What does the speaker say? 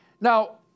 Now